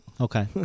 Okay